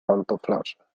pantoflarze